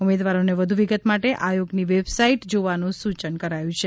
ઉમેદવારોને વધુ વિગત માટે આયોગની વેબ સાઈટ જોવાનું સૂયન કરાયું છે